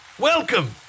welcome